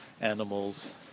animals